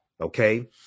okay